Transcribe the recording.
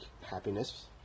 happiness